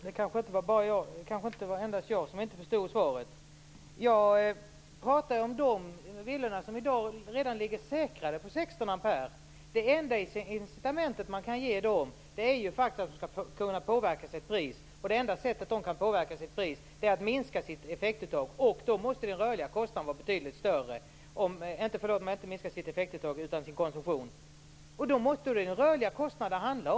Fru talman! Det var kanske inte endast jag som inte förstod svaret. Jag talar om de villor som redan i dag ligger säkrade på 16 ampere. Det enda incitament man kan ge dem är faktiskt att de skall kunna påverka sin kostnad, och det enda sättet de kan göra det är att minska sin konsumtion. Då måste det handla om den rörliga kostnaden!